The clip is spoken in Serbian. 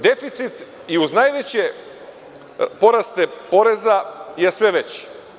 Deficit, i uz najveće poraste poreza je sve veći.